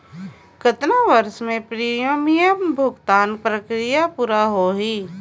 कतना वर्ष मे प्रीमियम भुगतान प्रक्रिया पूरा होही?